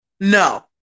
No